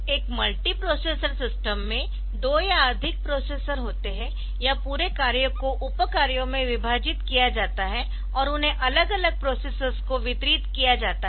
एक multiprocessor system में दो या अधिक प्रोसेसर होते है और पूरे कार्य को उप कार्यों में विभाजित किया जाता है और उन्हें अलग अलग प्रोसेसर्स को वितरित किया जाता है